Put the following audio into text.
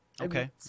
Okay